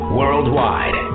worldwide